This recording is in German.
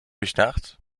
durchdacht